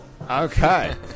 Okay